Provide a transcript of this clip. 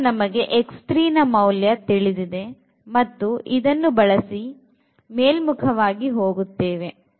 ಈಗ ನಮಗೆ ನ ಮೌಲ್ಯ ತಿಳಿದಿದೆ ಮತ್ತು ಇದನ್ನು ಬಳಸಿ ಮೇಲ್ಮುಖವಾಗಿ ಹೋಗುತ್ತೇವೆ